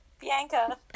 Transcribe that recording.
Bianca